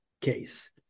case